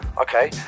okay